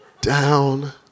down